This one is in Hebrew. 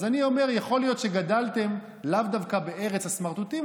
אז אני אומר: יכול להיות שגדלתם לאו דווקא בארץ הסמרטוטים,